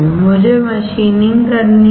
मुझे मशीनिंगकरनी थी